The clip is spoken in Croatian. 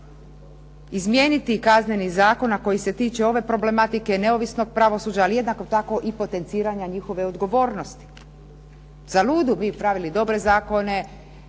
izmijeniti Kazneni zakon a koji se tiče ove problematike neovisnog pravosuđa, ali jednako tako i potenciranja njihove odgovornosti. Zaludi mi pravili dobre zakone